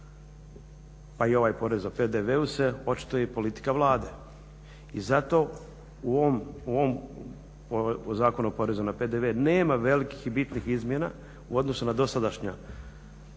pa i ovaj porez o PDV-u se očituje i politika Vlade. I zato u ovom Zakonu o porezu na PDV nema velikih i bitnih izmjena u odnosu na dosadašnja